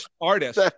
artist